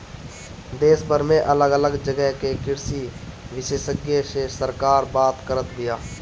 देशभर में अलग अलग जगह के कृषि विशेषग्य से सरकार बात करत बिया